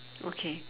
okay